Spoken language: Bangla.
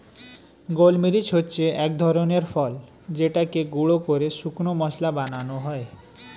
গোলমরিচ হচ্ছে এক ধরনের ফল যেটাকে গুঁড়ো করে শুকনো মসলা বানানো হয়